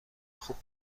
خوب